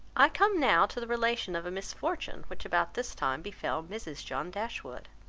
i come now to the relation of a misfortune, which about this time befell mrs. john dashwood.